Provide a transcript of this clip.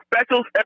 specials